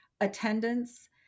attendance